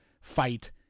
fight